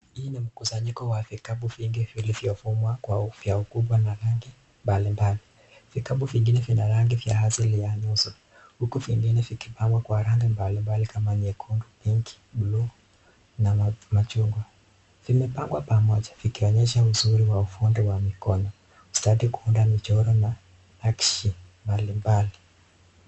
Hili ni mkusanyiko wa vikapu vingi vilivyofumwa kwa ufyavu kubwa na rangi mbalimbali. Vikapu vingine vina rangi vya asili ya nyuso, huku vingine vikipambwa kwa rangi mbalimbali kama nyekundu, pink , blue[c] na machungwa. Vimepangwa pamoja, vikionyesha uzuri wa ufundi wa mikono, ustadi wa kuunda michoro na nakshi mbalimbali.